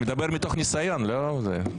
הצבעה בעד 5 נגד 9 נמנעים אין לא אושר.